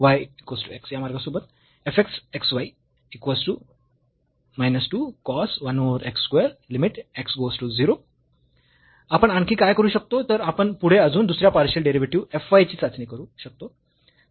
या मार्गासोबत आपण आणखी काय करू शकतो तर आपण पुढे अजून दुसऱ्या पार्शियल डेरिव्हेटिव्ह f y ची चाचणी करू शकतो